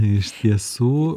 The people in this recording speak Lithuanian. iš tiesų